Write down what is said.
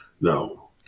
No